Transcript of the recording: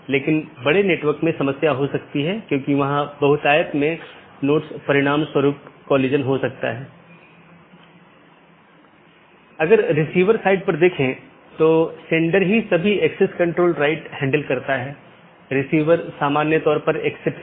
और जैसा कि हम समझते हैं कि नीति हो सकती है क्योंकि ये सभी पाथ वेक्टर हैं इसलिए मैं नीति को परिभाषित कर सकता हूं कि कौन पारगमन कि तरह काम करे